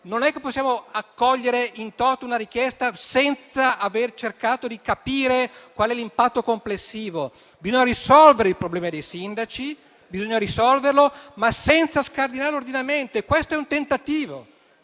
non possiamo accogliere *in toto* una richiesta senza aver cercato di capire qual è il suo impatto complessivo. Bisogna risolvere i problemi dei sindaci, ma senza scardinare l'ordinamento e questo è un tentativo